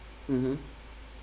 mmhmm